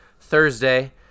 Thursday